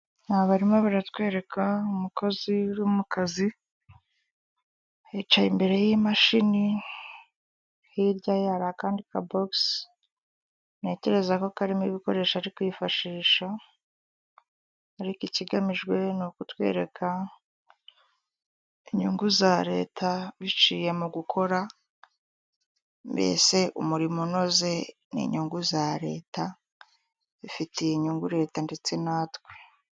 Aha barimo baratwereka umukozi uri mu kazi, yicaye imbere y'imashini hirya ye hari akandi kabogisi, ntekereza ko karimo ibikoresho ari kwifashisha, ariko ikigamijwe ni ukutwereka inyungu za leta biciye mu gukora mbese umurimo unoze n'inyungu za leta, bifitiye inyungu leta ndetse natwe.